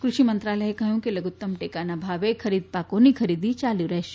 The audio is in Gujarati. કૃષિ મંત્રાલયે કહ્યું કે લધુત્તમ ટેકાના ભાવે ખરીફ પાકોની ખરીદી ચાલુ રહેશે